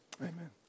Amen